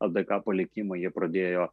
ldk palikimą jie pradėjo